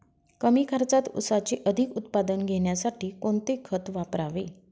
कमी खर्चात ऊसाचे अधिक उत्पादन घेण्यासाठी कोणते खत वापरावे?